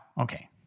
okay